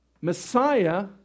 Messiah